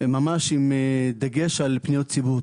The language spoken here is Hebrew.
ממש עם דגש על פניות ציבור.